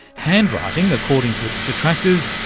handwriting, according to its detractors,